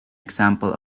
example